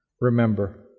Remember